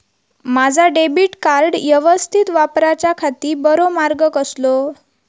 माजा debit card यवस्तीत वापराच्याखाती बरो मार्ग कसलो?